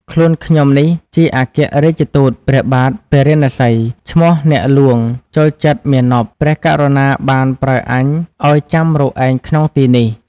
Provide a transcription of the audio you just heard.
ខ្លួនខ្ញុំនេះជាអគ្គរាជទូតព្រះបាទពារាណសី ឈ្មោះអ្នកហ្លួងចូលចិត្តមាណព។ ព្រះករុណាបានប្រើអញឲ្យចាំរកឯងក្នុងទីនេះ។